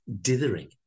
dithering